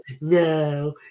no